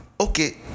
okay